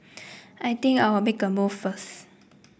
I think I'll make a move first